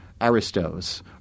aristos